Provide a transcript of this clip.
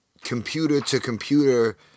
computer-to-computer